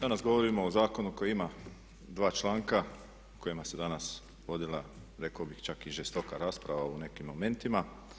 Danas govorimo o zakonu koji ima dva članka o kojima se danas vodila rekao bih čak i žestoka rasprava u nekim momentima.